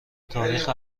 تاریخ